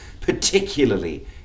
particularly